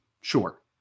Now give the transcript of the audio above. Sure